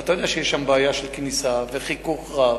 ואתה יודע שיש שם בעיה של כניסה וחיכוך רב.